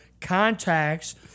contacts